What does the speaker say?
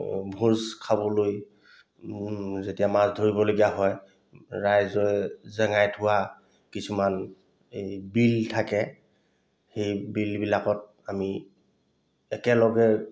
ভোজ খাবলৈ যেতিয়া মাছ ধৰিবলগীয়া হয় ৰাইজে জেঙাই থোৱা কিছুমান এই বিল থাকে সেই বিলবিলাকত আমি একেলগে